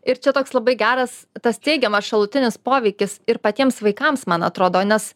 ir čia toks labai geras tas teigiamas šalutinis poveikis ir patiems vaikams man atrodo nes